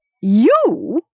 You